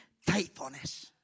faithfulness